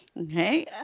Okay